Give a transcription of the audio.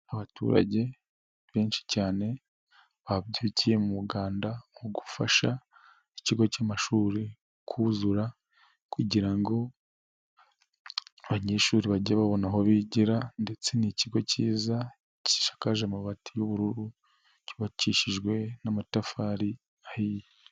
Abaturage benshi cyane babyukiye mu muganda wo gufasha ikigo cy'amashuri kuzura kugira ngo abanyeshuri bajye babona aho bigira, ndetse ni ikigo kiza, gishakaje amabati y'ubururu, cyubakishijwe n'amatafari ahiye.